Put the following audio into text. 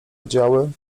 oddziały